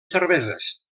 cerveses